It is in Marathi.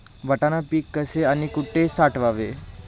वाटाणा पीक कसे आणि कुठे साठवावे?